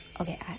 Okay